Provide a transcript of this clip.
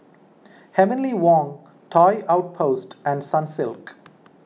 Heavenly Wang Toy Outpost and Sunsilk